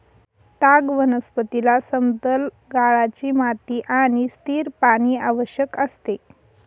ताग वनस्पतीला समतल गाळाची माती आणि स्थिर पाणी आवश्यक असते